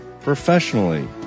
professionally